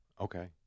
Okay